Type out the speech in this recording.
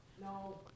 no